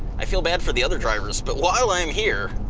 i feel bad for the other drivers. but while i'm here,